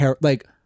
like-